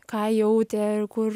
ką jautė ir kur